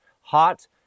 hot